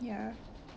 ya